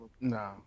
No